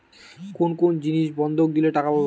কোন কোন জিনিস বন্ধক দিলে টাকা পাব?